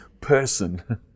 person